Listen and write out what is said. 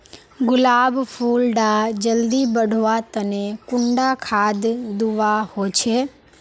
गुलाब फुल डा जल्दी बढ़वा तने कुंडा खाद दूवा होछै?